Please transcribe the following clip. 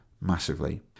massively